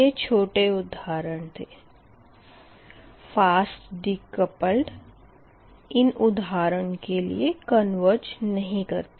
यह छोटे उदाहरण है फ़ास्ट डिकपलड इन उधारण के लिए कन्वर्ज़ नहीं करती